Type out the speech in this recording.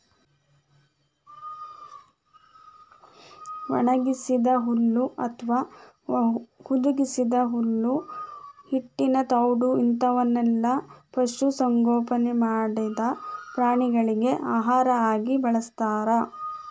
ಒಣಗಿದ ಹುಲ್ಲು ಅತ್ವಾ ಹುದುಗಿಸಿದ ಹುಲ್ಲು ಹಿಟ್ಟಿನ ತೌಡು ಇಂತವನ್ನೆಲ್ಲ ಪಶು ಸಂಗೋಪನೆ ಮಾಡಿದ ಪ್ರಾಣಿಗಳಿಗೆ ಆಹಾರ ಆಗಿ ಬಳಸ್ತಾರ